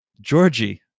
Georgie